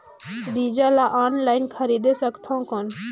बीजा ला ऑनलाइन खरीदे सकथव कौन?